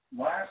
Last